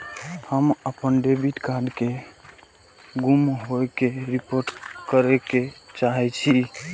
हम अपन debit card के गुम होय के रिपोर्ट करे के चाहि छी